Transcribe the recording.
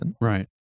Right